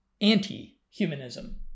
anti-humanism